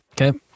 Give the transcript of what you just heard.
Okay